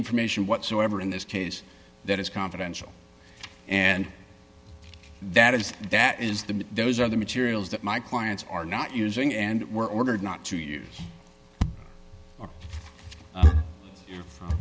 information whatsoever in this case that is confidential and that is that is the those are the materials that my clients are not using and were ordered not to